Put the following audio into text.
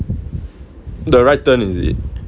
the right turn is it